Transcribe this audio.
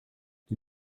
die